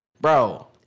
bro